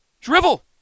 drivel